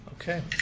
Okay